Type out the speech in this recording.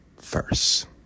first